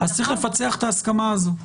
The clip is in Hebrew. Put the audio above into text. אז צריך לפצח את ההסכמה הזו.